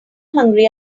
hungry